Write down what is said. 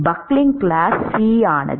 9c என்பது class cக்கானது